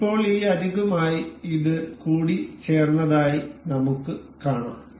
അതിനാൽ ഇപ്പോൾ ഈ അരികുമായി ഇത് കൂടിചേർന്നതായി നമുക്ക് കാണാം